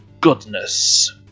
goodness